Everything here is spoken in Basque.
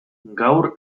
gaur